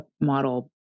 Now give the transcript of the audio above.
model